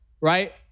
right